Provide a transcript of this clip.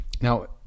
now